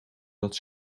dat